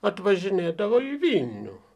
atvažinėdavo į vilnių